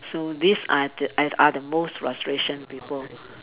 so these are the are are the most frustration people